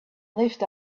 lived